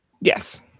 yes